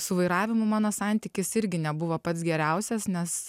su vairavimu mano santykis irgi nebuvo pats geriausias nes